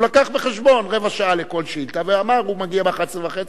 הוא הביא בחשבון רבע שעה לכל שאילתא ואמר שהוא מגיע ב-11:30.